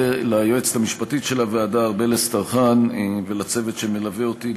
ליועצת המשפטית של הוועדה ארבל אסטרחן ולצוות שמלווה אותי,